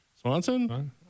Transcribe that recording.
Swanson